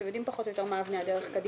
אתם יודעים פחות או יותר מה אבני הדרך קדימה.